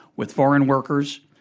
with foreign workers.